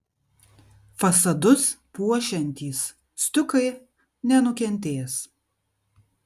fasadus puošiantys stiukai nenukentės